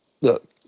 look